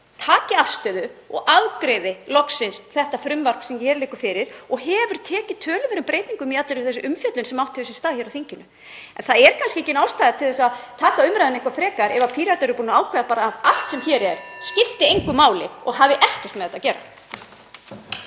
taki afstöðu og afgreiði loksins þetta frumvarp sem hér liggur fyrir og hefur tekið töluverðum breytingum í allri þeirri umfjöllun sem hefur átt sér stað hér á þinginu. En það er kannski engin ástæða til að taka umræðuna eitthvað lengra ef Píratar eru búnir að ákveða að allt sem hér er skipti engu máli og hafi ekkert með þetta að gera.